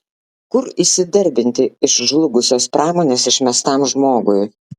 kur įsidarbinti iš žlugusios pramonės išmestam žmogui